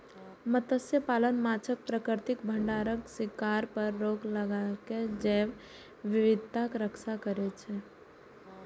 मत्स्यपालन माछक प्राकृतिक भंडारक शिकार पर रोक लगाके जैव विविधताक रक्षा करै छै